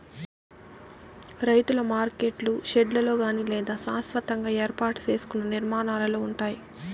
రైతుల మార్కెట్లు షెడ్లలో కానీ లేదా శాస్వతంగా ఏర్పాటు సేసుకున్న నిర్మాణాలలో ఉంటాయి